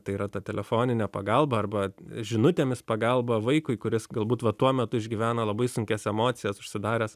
tai yra ta telefoninė pagalba arba žinutėmis pagalba vaikui kuris galbūt va tuo metu išgyvena labai sunkias emocijas užsidaręs